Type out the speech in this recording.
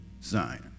sign